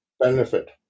benefit